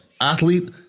athlete